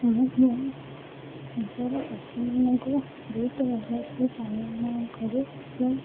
ଆମକୁ ନିଜର ପଶୁମାନଙ୍କୁ ବହୁତ ଭଲସେ ପାଳନ କରେ ଏବଂ